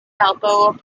balboa